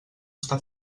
està